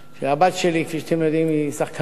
הבת שלי, כפי שאתם יודעים, היא שחקנית.